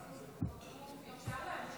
הצעת ועדת